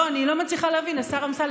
לא, אני לא מצליחה להבין, השר אמסלם.